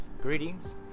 greetings